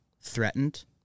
threatened